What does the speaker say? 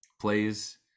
plays